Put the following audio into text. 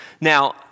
Now